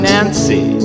Nancy